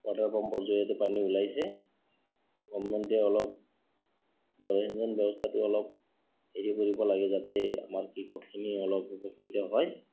water পাম্পৰ জৰিয়তে পানী ওলাইছে গভমেণ্টে অলপ জলসিঞ্চন ব্যৱস্থাটো অলপ হেৰি কৰিব লাগে যাতে আমাৰ কৃষকখিনি অলপ উপকৃত হয়